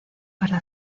para